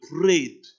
prayed